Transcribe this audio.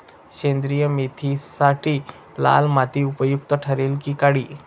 सेंद्रिय मेथीसाठी लाल माती उपयुक्त ठरेल कि काळी?